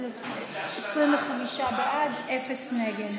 25 בעד, אפס נגד.